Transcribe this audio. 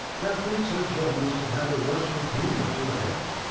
kathleen says joe must have had a rush of humour to the head.